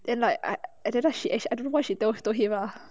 then like I at that time she actually I don't know why she told told him ah